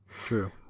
True